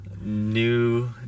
new